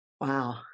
Wow